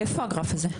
איפה הגרף הזה?